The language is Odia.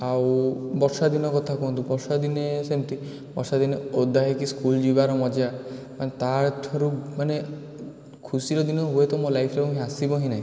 ଆଉ ବର୍ଷାଦିନ କଥା କୁହନ୍ତୁ ବର୍ଷାଦିନେ ସେମିତି ବର୍ଷା ଦିନେ ଓଦା ହୋଇକି ସ୍କୁଲ୍ ଯିବାର ମଜା ମାନେ ତା'ଠାରୁ ମାନେ ଖୁସିର ଦିନ ହୁଏତ ମୋ ଲାଇଫ୍ରେ ହିଁ ଆସିବ ହିଁ ନାହିଁ